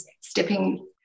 stepping